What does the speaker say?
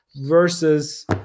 versus